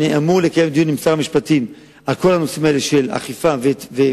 אני אמור לקיים דיון עם שר המשפטים על כל הנושאים האלה של אכיפה ותביעה,